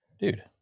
Dude